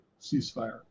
ceasefire